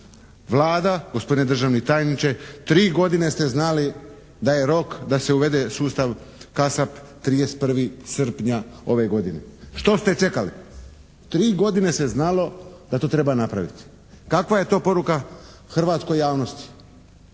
Vlada gospodine državni tajniče, 3 godine ste znali da je rok, da se uvede sustav KASAP 31. srpnja ove godine. Što ste čekali? 3 godine se znalo da to treba napraviti. Kakva je to poruka hrvatskoj javnosti?